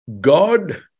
God